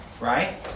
right